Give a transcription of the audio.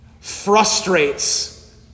frustrates